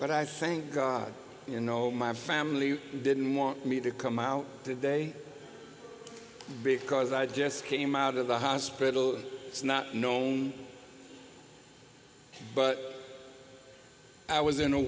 but i think you know my family didn't want me to come out today because i just came out of the hospital it's not known but i was in a